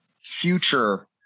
future